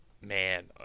Man